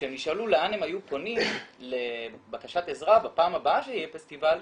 כשהם נשאלו לאן הם היו פונים לבקשת עזרה בפעם הבאה שתהיה פסטיבל,